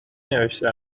نوشته